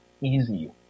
easy